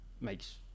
makes